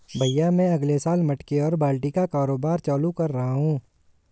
भैया मैं अगले साल मटके और बाल्टी का कारोबार चालू कर रहा हूं